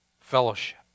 fellowship